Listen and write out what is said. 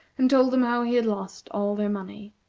and told them how he had lost all their money.